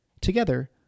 Together